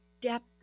depth